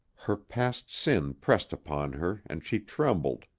her past sin pressed upon her and she trembled,